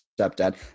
stepdad